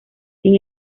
sin